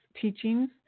teachings